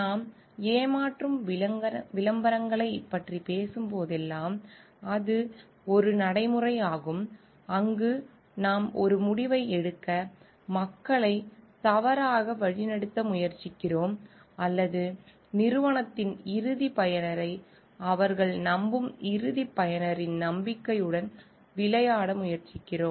நாம் ஏமாற்றும் விளம்பரங்களைப் பற்றி பேசும் போதெல்லாம் அது ஒரு நடைமுறையாகும் அங்கு நாம் ஒரு முடிவை எடுக்க மக்களை தவறாக வழிநடத்த முயற்சிக்கிறோம் அல்லது நிறுவனத்தின் இறுதி பயனரை அவர்கள் நம்பும் இறுதி பயனரின் நம்பிக்கையுடன் விளையாட முயற்சிக்கிறோம்